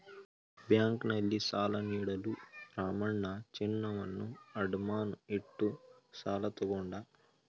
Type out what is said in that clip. ಬ್ಯಾಂಕ್ನಲ್ಲಿ ಸಾಲ ನೀಡಲು ರಾಮಣ್ಣ ಚಿನ್ನವನ್ನು ಅಡಮಾನ ಇಟ್ಟು ಸಾಲ ತಗೊಂಡ